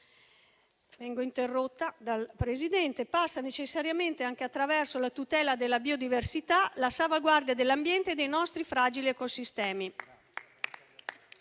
in tutto il mondo, passa necessariamente anche attraverso la tutela della biodiversità, la salvaguardia dell'ambiente e dei nostri fragili ecosistemi.